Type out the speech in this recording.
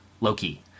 Loki